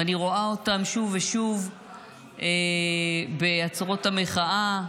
ואני רואה אותם שוב ושוב בעצרות המחאה,